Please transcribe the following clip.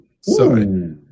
sorry